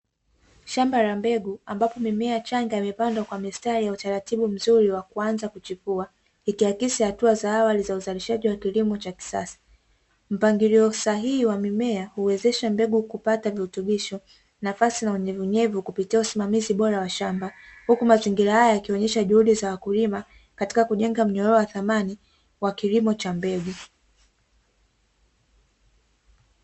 Shamba la mbegu ambapo miche changa imepandwa kwa mistari ya utaratibu mzuri wa kuanza kuchukua, ikiakisi hatua za awali za uzalishaji wa kilimo cha kisasa. Mpangilio sahihi wa mimea huwezesha mbegu kupata virutubisho, nafasi, na unyevunyevu kupitia usimamizi bora wa shamba, huku mazingira haya yakionyesha juhudi za wakulima katika kujenga mnyororo wa thamani wa kilimo cha mbegu.